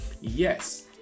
Yes